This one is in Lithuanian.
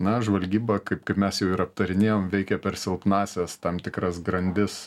na žvalgyba kaip kaip mes jau ir aptarinėjom veikia per silpnąsias tam tikras grandis